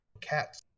cats